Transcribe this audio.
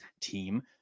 team